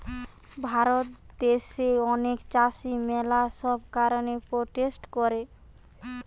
ভারত দ্যাশে অনেক চাষী ম্যালা সব কারণে প্রোটেস্ট করে